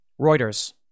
Reuters